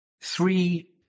three